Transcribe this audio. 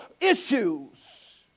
issues